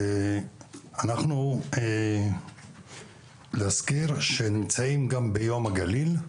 אני רוצה להזכיר שאנחנו נמצאים גם ביום הגליל,